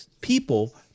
people